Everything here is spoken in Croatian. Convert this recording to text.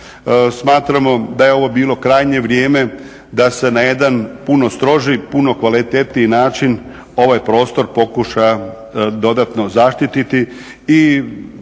smatramo da je ovo bilo krajnje vrijeme da se na jedan puno strožiji, puno kvalitetniji način ovaj prostor pokuša dodatno zaštititi